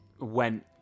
went